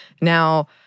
Now